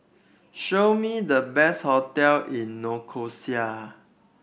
show me the best hotel in Nicosia